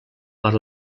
per